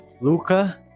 Luca